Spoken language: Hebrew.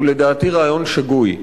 הוא לדעתי רעיון שגוי.